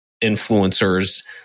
influencers